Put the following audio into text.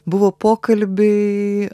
buvo pokalbiai